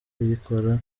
kuyikora